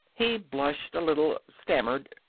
he blushed a little, stammered.